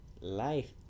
Life